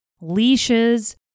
Leashes